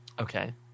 okay